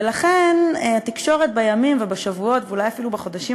ולכן התקשורת בימים ובשבועות ואולי אפילו בחודשים